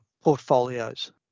portfolios